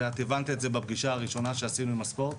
ואת הבנת את זה בפגישה הראשונה שעשינו עם הספורט,